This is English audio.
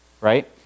right